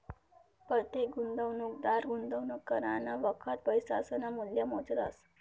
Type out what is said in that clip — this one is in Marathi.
परतेक गुंतवणूकदार गुंतवणूक करानं वखत पैसासनं मूल्य मोजतस